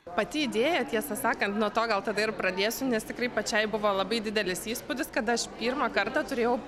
pati idėja tiesą sakant nuo to gal tada ir pradėsiu nes tikrai pačiai buvo labai didelis įspūdis kad aš pirmą kartą turėjau